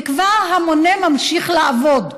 וכבר המונה ממשיך לעבוד,